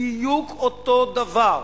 בדיוק אותו דבר.